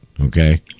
Okay